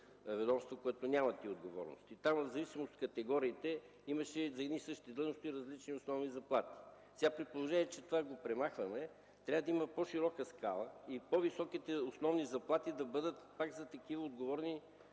ведомство, което няма такива отговорности. Там в зависимост от категориите за едни и същи длъжности имаше различни основни заплати. При положение, че сега премахваме това, трябва да има по-широка скала и по-високите основни заплати да бъдат пак за такива отговорни